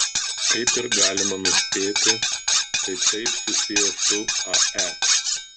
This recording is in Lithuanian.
kaip ir galima nuspėti tai taip pat susiję su ae